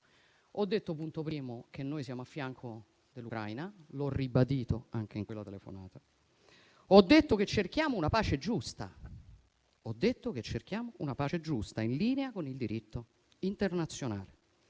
primo, che noi siamo a fianco dell'Ucraina, ribadendolo anche in quella telefonata. Ho detto che cerchiamo una pace giusta in linea con il diritto internazionale